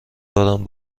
دارم